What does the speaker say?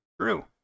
true